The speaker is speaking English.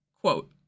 Quote